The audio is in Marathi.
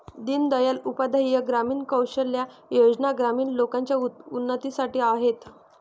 दीन दयाल उपाध्याय ग्रामीण कौशल्या योजना ग्रामीण लोकांच्या उन्नतीसाठी आहेत